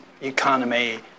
economy